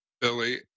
Billy